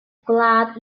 gwlad